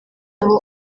aho